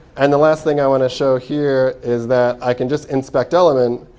and the last thing i want to show here is that i can just inspect element,